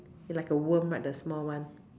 ya like a worm right the small one